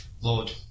Lord